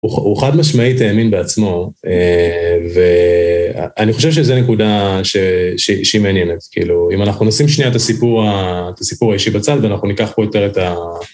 הוא חד משמעית האמין בעצמו ואני חושב שזה נקודה שהיא מעניינת. כאילו, אם אנחנו נשים שנייה את הסיפור האישי בצד ואנחנו ניקח פה יותר את ה...